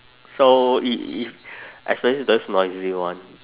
so if if especially those noisy one